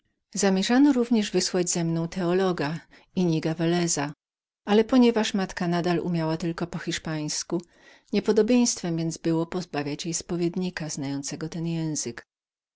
sobie również myślano wysłać ze mną teologa inniga veleza ale ponieważ matka moja umiała tylko po hiszpańsku niepodobieństwem więc było pozbawiać ją spowiednika znającego ten język